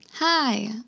Hi